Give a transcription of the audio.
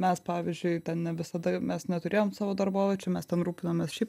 mes pavyzdžiui ten ne visada mes neturėjom savo darboviečių mes ten rūpinomės šiaip